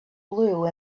blue